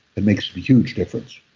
it makes a huge difference